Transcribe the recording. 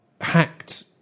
hacked